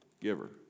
giver